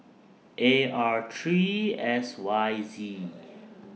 A R three S Y Z